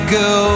go